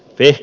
viisi